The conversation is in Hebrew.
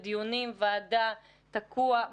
שזה בדיונים, בוועדה, תקוע?